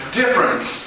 difference